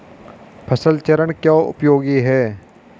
फसल चरण क्यों उपयोगी है?